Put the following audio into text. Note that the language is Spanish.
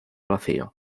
vacío